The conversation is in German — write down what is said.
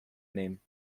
nehmen